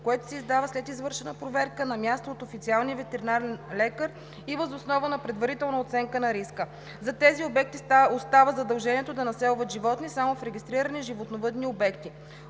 което се издава след извършена проверка на място от официалния ветеринарен лекар и въз основа на предварителна оценка на риска. За тези обекти остава задължението да населват животни само в регистрирани животновъдни обекти.